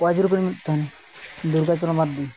ᱨᱤᱧ ᱛᱟᱦᱮᱱᱟ ᱫᱩᱨᱜᱟᱪᱚᱨᱚᱱ ᱢᱟᱱᱰᱤ